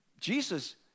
Jesus